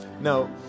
No